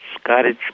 Scottish